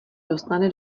dostane